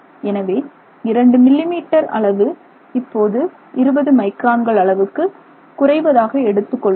எனவே 2 millimetre அளவு இப்போது 20 மைக்ரான்கள் அளவுக்கு குறைவதாக எடுத்துக் கொள்வோம்